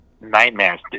nightmares